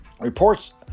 Reports